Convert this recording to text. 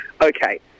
okay